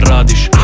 Radish